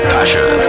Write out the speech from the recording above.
Passion